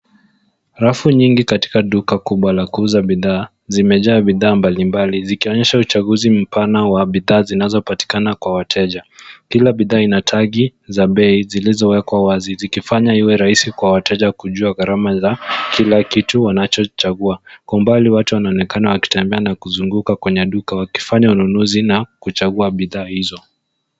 Rafu nyingi katika duka kubwa la kuuza bidhaa zimejaa bidhaa mbalimbali zikionyesha uchaguzi mpana wa bidhaa zinazopatikana kwa wateja. Kila bidhaa ina tagi za bei zilizowekwa wazi zikifanya iwe rahisi kwa wateja kujua gharama za kila kitu wanachochagua. Kwa umbali watu wanaonekana wakitembea na kuzunguka kwenye duka wakifanya ununuzi na kuchagua bidhaa hizo.